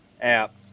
app